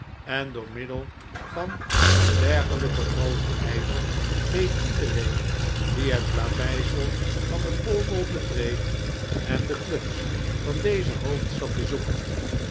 en door middel van een dergelijken grooten ijver weet iedereen die het plaveisel van de pall mall betreedt en de clubs van deze hoofdstad bezoekt